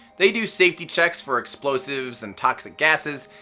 they do safety checks for explosives and toxic gases,